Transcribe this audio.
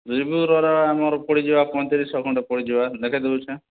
ରିବୁକ୍ରର ଆମର୍ ପଡ଼ିଯିବା ପଇଁତିରିଶହ ଖଣ୍ଡେ ପଡ଼ିଯିବା ଦେଖେଇଁ ଦେଉଛେଁ